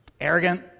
Arrogant